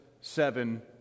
seven